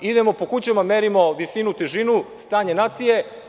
Idemo po kućama, merimo visinu, težinu, stanje nacije.